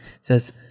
Says